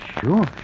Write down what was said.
sure